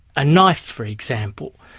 a knife, for example,